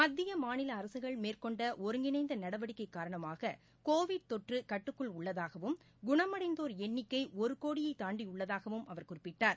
மத்திய மாநில அரசுகள் மேற்கொண்ட ஒருங்கிணைந்த நடவடிக்கை காரணமாக கோவிட் தொற்று கட்டுக்குள் உள்ளதாகவும் குணமடைந்தோா் எண்ணிக்கை ஒரு கோடியை தாண்டியுள்ளதாகவும் அவர் குறிப்பிட்டார்